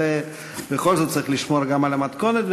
אבל בכל זאת צריך לשמור גם על המתכונת.